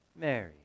Mary